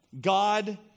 God